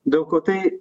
daug ko tai